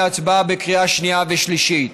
להצבעה בקריאה שנייה ושלישית.